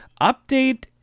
update